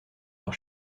leur